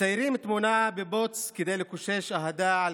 מציירים תמונה בבוץ כדי לקושש אהדה על